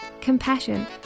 compassion